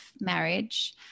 marriage